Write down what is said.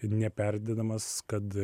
neperdėdamas kad